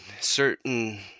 certain